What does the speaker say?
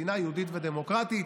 מדינה יהודית ודמוקרטית,